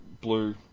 Blue